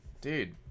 Dude